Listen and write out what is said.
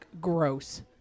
Gross